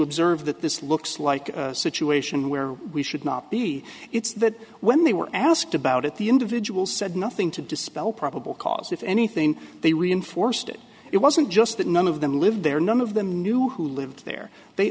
observe that this looks like a situation where we should not be it's that when they were asked about it the individual said nothing to dispell probable cause if anything they reinforced it it wasn't just that none of them lived there none of them knew who lived there they